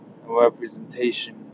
representation